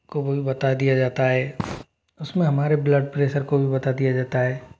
को भी बता दिया जाता है उस में हमारे ब्लड प्रेसर को भी बता दिया जाता है